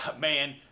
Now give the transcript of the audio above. Man